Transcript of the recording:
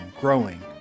growing